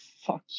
fuck